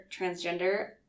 transgender